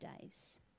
days